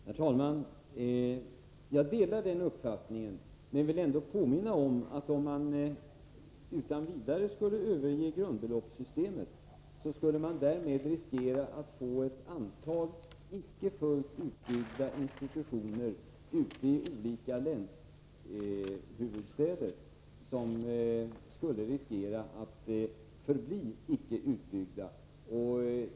Herr talman! Jag delar den uppfattningen, men vill ändå påminna om att om man utan vidare skulle överge grundbeloppssystemet skulle man därmed riskera att ute i olika länshuvudstäder få ett antal icke fullt utbyggda institutioner, som skulle riskera att förbli icke utbyggda.